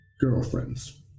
Girlfriends